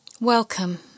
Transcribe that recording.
Welcome